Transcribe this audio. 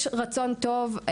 יש רצון טוב.